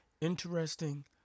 interesting